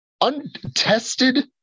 untested